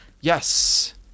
Yes